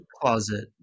closet